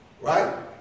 right